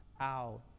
out